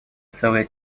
целые